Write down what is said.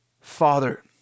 Father